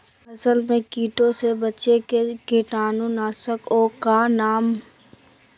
फसल में कीटों से बचे के कीटाणु नाशक ओं का नाम?